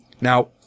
Now